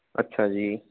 ਅੱਛਾ ਜੀ